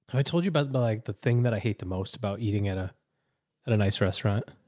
i told you about like the thing that i hate the most about eating at a, at a nice restaurant.